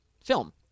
film